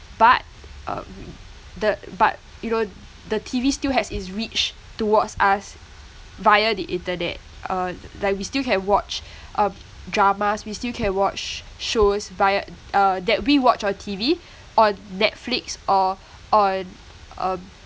but um the but you know the T_V still has its reach towards us via the internet uh like we still can watch um dramas we still can watch shows via uh that we watch on T_V on netflix or on um